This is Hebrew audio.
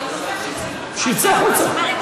שיצא החוצה.